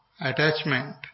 attachment